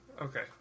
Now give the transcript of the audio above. Okay